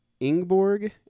Ingborg